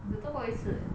只坐过一次